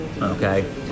okay